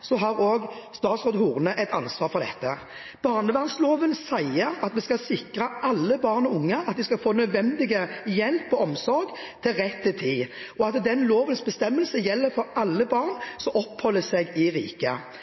har også statsråd Horne et ansvar. Barnevernsloven sier at vi skal sikre at alle barn og unge skal få nødvendig hjelp og omsorg til rett tid, og at den lovens bestemmelser gjelder for alle barn som oppholder seg i riket.